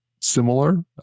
similar